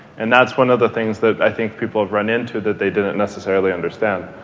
and that's one of the things that i think people have run into that they didn't necessarily understand.